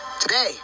today